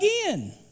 again